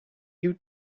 you